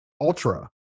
ultra